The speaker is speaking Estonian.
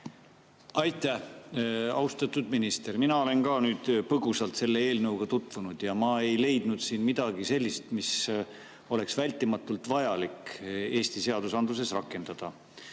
Aitäh! Austatud minister! Mina olen ka nüüd põgusalt selle eelnõuga tutvunud ja ma ei leidnud siit midagi sellist, mida oleks vältimatult vajalik Eesti seadusandluses rakendada.